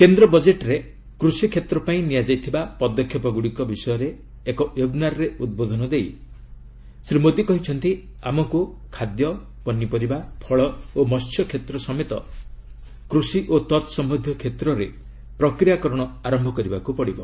କେନ୍ଦ୍ର ବଜେଟରେ କୃଷିକ୍ଷେତ୍ର ପାଇଁ ନିଆଯାଇଥିବା ପଦକ୍ଷେପଗୁଡ଼ିକ ସଂକ୍ରାନ୍ତରେ ଏକ ଓ୍ୱେବ୍ନାରରେ ଉଦ୍ବୋଧନ ଦେଇ ଶ୍ରୀ ମୋଦୀ କହିଛନ୍ତି ଆମକୁ ଖାଦ୍ୟ ପନିପରିବା ଫଳ ଓ ମସ୍ୟକ୍ଷେତ୍ର ସମେତ କୃଷି ଓ ତତ୍ସମ୍ୟନ୍ଧୀୟ କ୍ଷେତ୍ରରେ ପ୍ରକ୍ରିୟାକରଣ ଆରମ୍ଭ କରିବାକୁ ହେବ